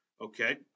Okay